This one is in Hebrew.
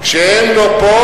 כשהם לא פה,